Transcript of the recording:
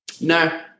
No